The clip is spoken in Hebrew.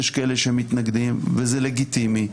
יש כאלה שמתנגדים וזה לגיטימי,